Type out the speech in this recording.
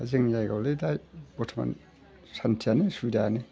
जोंनि जायगायावलाय दा बर्थ'मान सानथियानो सुबिदायानो